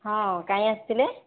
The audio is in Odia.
ହଁ କାଇଁ ଆସିଥିଲେ